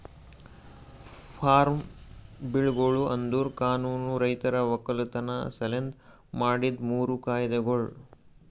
form ಬಿಲ್ಗೊಳು ಅಂದುರ್ ಕಾನೂನು ರೈತರ ಒಕ್ಕಲತನ ಸಲೆಂದ್ ಮಾಡಿದ್ದು ಮೂರು ಕಾಯ್ದೆಗೊಳ್